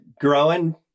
growing